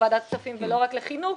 לוועדת הכספים ולא רק לחינוך,